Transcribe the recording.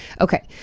Okay